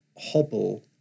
hobble